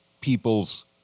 people's